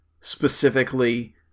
specifically